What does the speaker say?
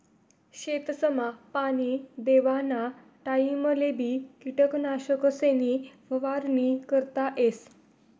शेतसमा पाणी देवाना टाइमलेबी किटकनाशकेसनी फवारणी करता येस